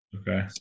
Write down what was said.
Okay